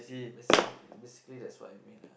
basically basically that's what it mean lah